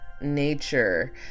nature